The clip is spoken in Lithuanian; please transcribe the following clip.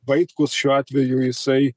vaitkus šiuo atveju jisai